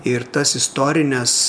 ir tas istorines